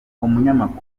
umunyamakuru